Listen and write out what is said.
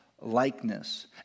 likeness